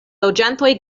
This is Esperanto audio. loĝantoj